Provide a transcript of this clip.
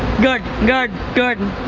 good, good, good. and